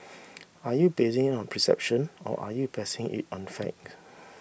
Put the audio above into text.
are you basing it on perception or are you basing it on fact